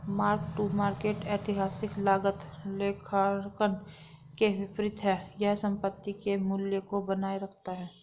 mark to market ऐतिहासिक लागत लेखांकन के विपरीत है यह संपत्ति के मूल्य को बनाए रखता है